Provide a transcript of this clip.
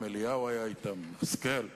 בשביל לחסוך את הדבר הזה עושים את כל ההצגה